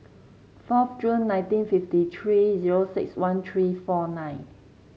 fourth June nineteen fifty three zero six one three four nine